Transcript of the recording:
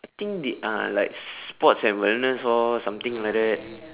I think the uh like sports and wellness orh something like that